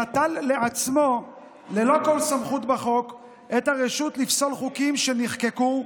נטל לעצמו ללא כל סמכות בחוק את הרשות לפסול חוקים שנחקקו,